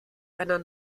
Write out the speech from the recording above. einer